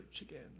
again